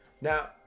now